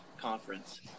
conference